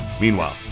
Meanwhile